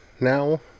now